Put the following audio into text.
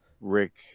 Rick